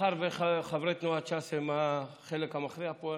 מאחר שחברי תנועת ש"ס הם החלק המכריע פה,